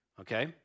Okay